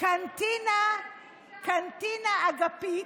קנטינה אגפית,